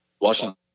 Washington